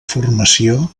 formació